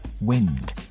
wind